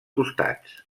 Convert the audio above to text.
costats